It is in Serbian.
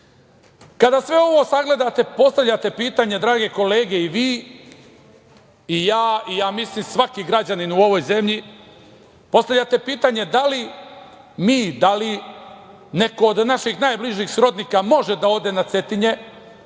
Gori. Kada sve ovo sagledate, postavljate pitanje, drage kolege, i vi i ja mislim svaki građanin u ovoj zemlji – da li mi, da li neko od naših najbližih srodnika može da ode na Cetinje